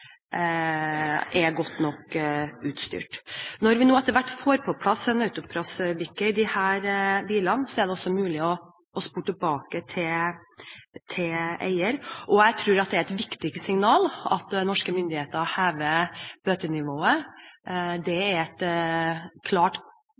er godt nok utstyrt. Når vi nå etter hvert får på plass en autopassbrikke i disse bilene, er det også mulig å spore tilbake til eieren. Jeg tror det er et viktig signal at norske myndigheter hever bøtenivået. Det